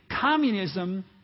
communism